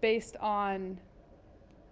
based on